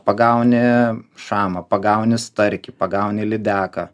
pagauni šamą pagauni starkį pagauni lydeką